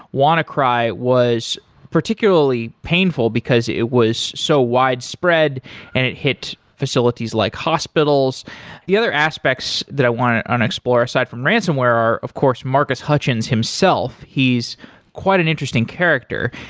wannacry was particularly painful, because it was so widespread and it hit facilities like hospitals the other aspects that i want to and explore aside from ransomware are of course, marcus hutchins himself. he's quite an interesting character.